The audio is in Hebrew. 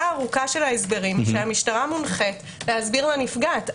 הארוכה של ההסברים שהמשטרה מונחית להסביר לנפגעת.